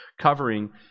covering